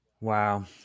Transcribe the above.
wow